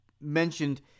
mentioned